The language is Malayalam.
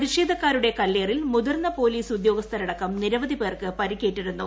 പ്രതിഷേധക്കാരുടെ കല്ലേറിൽ മുതിർന്ന പോലീസ് ഉദ്യോഗസ്ഥരടക്കം നിരവധി പേർക്ക് പരിക്കേറ്റിരുന്നു